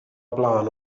blaen